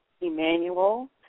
Emmanuel